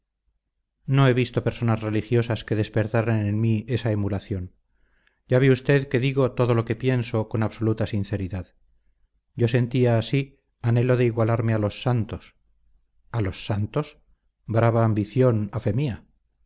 no he visto personas religiosas que despertaran en mí esa emulación ya ve usted que digo todo lo que pienso con absoluta sinceridad yo sentía sí anhelo de igualarme a los santos a los santos brava ambición a fe mía